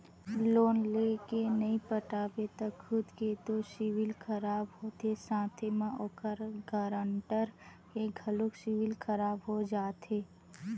loan लेय के नइ पटाबे त खुद के तो सिविल खराब होथे साथे म ओखर गारंटर के घलोक सिविल खराब हो जाथे